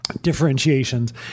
differentiations